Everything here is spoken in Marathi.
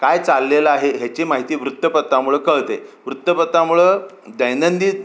काय चाललेलं आहे ह्याची माहिती वृत्तपत्रामुळं कळते वृत्तपत्रामुळं दैनंदिन